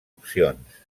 opcions